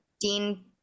Dean